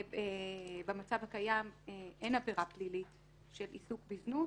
במצב הקיים אין עבירה פלילית של עיסוק בזנות,